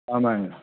ஆமாங்க